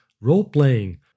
role-playing